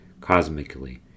Cosmically